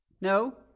No